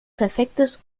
perfektes